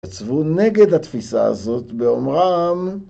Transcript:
התייצבו נגד התפיסה הזאת באומרם